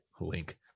link